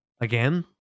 again